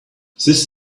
this